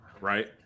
Right